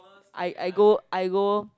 I I go I go